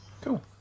Cool